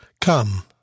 Come